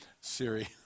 Siri